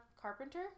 Carpenter